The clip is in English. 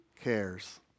cares